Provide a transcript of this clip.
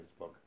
Facebook